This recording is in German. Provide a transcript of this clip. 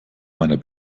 meiner